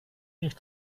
nicht